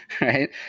right